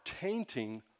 tainting